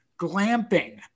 Glamping